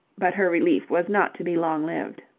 but her relief was not to be long-lived.